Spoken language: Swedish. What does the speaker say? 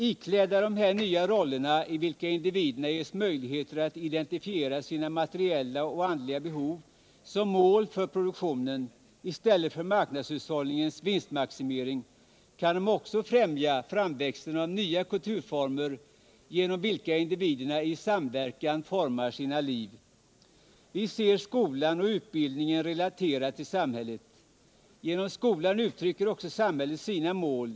Iklädda dessa nya roller, i vilka individerna ges möjlighet att identifiera sina materiella och andliga behov som mål för produktionen i stället för marknadshushållningens vinstmaximering, kan de också främja framväxten av nya kulturformer genom vilka individerna i samverkan formar sina liv. Vi ser skolan och utbildningen relaterade till samhället. Genom skolan uttrycker också samhället sina mål.